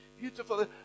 beautiful